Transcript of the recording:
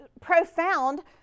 profound